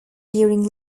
during